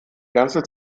ganze